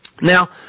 Now